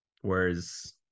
whereas